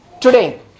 today